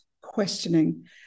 questioning